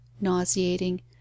nauseating